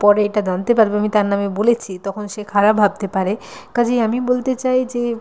পরে এটা জানতে পারবে আমি তার নামে বলেছি তখন সে খারাপ ভাবতে পারে কাজেই আমি বলতে চাই যে